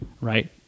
right